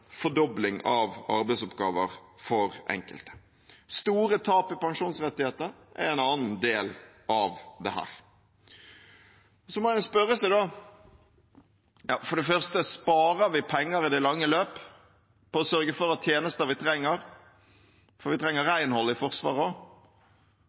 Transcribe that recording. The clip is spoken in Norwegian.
fordobling av arbeidsoppgaver for enkelte. Store tap i pensjonsrettigheter er en annen del av dette. Så må en for det første spørre seg: Sparer vi penger i det lange løp på å sørge for at tjenester vi trenger – for vi trenger